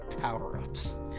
power-ups